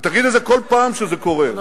ותגיד את זה כל פעם שזה קורה.